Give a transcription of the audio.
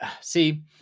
see